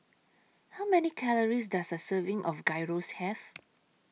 How Many Calories Does A Serving of Gyros Have